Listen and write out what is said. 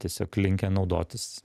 tiesiog linkę naudotis